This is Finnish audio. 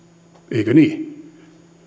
eikö niin